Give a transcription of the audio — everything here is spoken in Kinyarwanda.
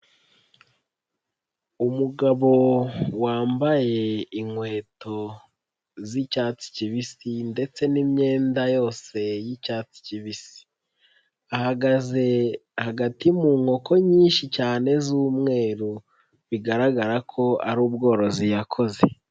Umugabo wambaye inkweto z'icyatsi kibisi, ndetse n'imyenda yose y'icyatsi kibisi. Ahagaze hagati mu nkoko nyinshi cyane z'umweru. Bigaragara ko ari ubworozi yakoze.